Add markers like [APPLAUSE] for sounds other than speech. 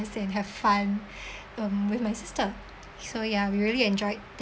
and have fun [BREATH] um with my sister so ya we really enjoyed the